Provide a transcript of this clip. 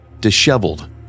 disheveled